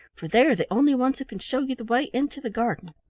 for they are the only ones who can show you the way into the garden.